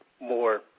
more